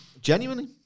Genuinely